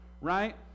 right